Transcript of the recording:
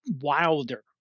wilder